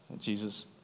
Jesus